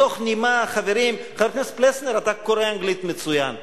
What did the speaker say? חבר הכנסת פלסנר, אתה קורא אנגלית מצוין.